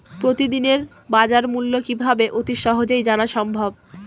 প্রতিদিনের বাজারমূল্য কিভাবে অতি সহজেই জানা সম্ভব?